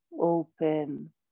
open